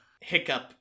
Hiccup